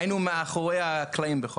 היינו מאחורי הקלעים.